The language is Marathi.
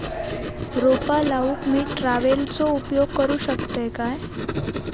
रोपा लाऊक मी ट्रावेलचो उपयोग करू शकतय काय?